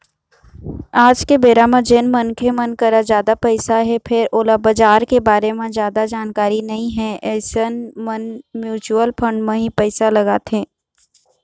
आज के बेरा म जेन मनखे मन करा जादा पइसा हे फेर ओला बजार के बारे म जादा जानकारी नइ हे अइसन मन म्युचुअल फंड म ही पइसा लगाथे